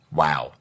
wow